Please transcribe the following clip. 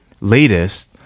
latest